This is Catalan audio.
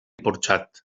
porxat